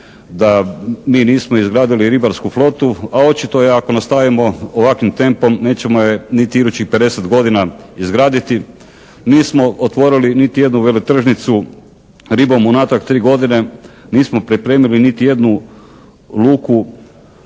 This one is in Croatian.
da mi nismo izgradili ribarsku flotu, a očito i ako nastavimo ovakvim tempom nećemo je niti idućih 50 godina izgraditi. Nismo otvorili niti jednu veletržnicu ribom unatrag 3 godine, nismo pripremili niti jednu luku